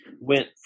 went